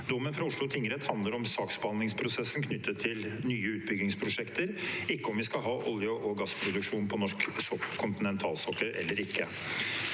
Dommen fra Oslo tingrett handler om saksbehandlingsprosessen knyttet til nye utbyggingsprosjekter, ikke om vi skal ha olje- og gassproduksjon på norsk kontinentalsokkel eller ikke.